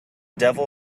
devil